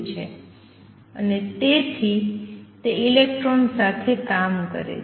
અને તેથી તે ઇલેક્ટ્રોન સાથે કામ કરે છે